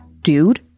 Dude